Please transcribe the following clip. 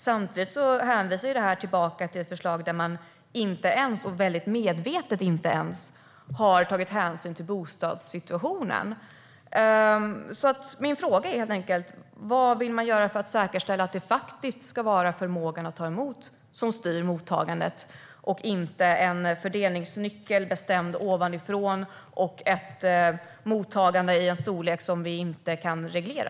Samtidigt hänvisar det här tillbaka till ett förslag som inte ens, och väldigt medvetet inte ens, har tagit hänsyn till bostadssituationen. Min fråga är helt enkelt: Vad vill man göra för att säkerställa att det faktiskt ska vara förmågan att ta emot som styr mottagandet och inte en fördelningsnyckel bestämd ovanifrån och ett mottagande i en storlek som vi inte kan reglera?